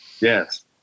Yes